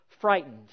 frightened